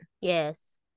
Yes